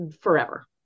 forever